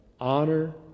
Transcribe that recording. honor